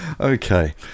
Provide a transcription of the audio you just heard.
Okay